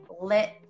lit